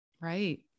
Right